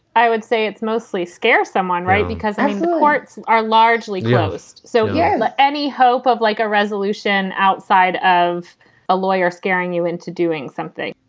i would say it's mostly scare someone, right? because the courts are largely just so. yeah. any hope of like a resolution outside of a lawyer scaring you into doing something?